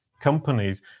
companies